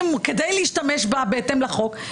כדי להשתמש בה בהתאם לחוק,